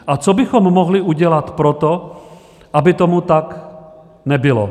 A co bychom mohli udělat pro to, aby tomu tak nebylo?